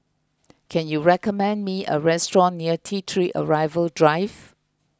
can you recommend me a restaurant near T three Arrival Drive